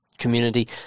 community